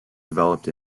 developed